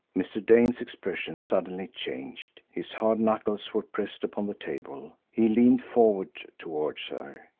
mr. dane's expression suddenly changed. his hard knuckles were pressed upon the table, he leaned forward towards her.